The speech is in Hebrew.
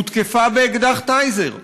הותקפה באקדח "טייזר".